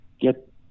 get